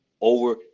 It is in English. over